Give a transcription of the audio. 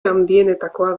handienetakoa